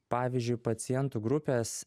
pavyzdžiui pacientų grupės